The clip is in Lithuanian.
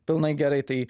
pilnai gerai tai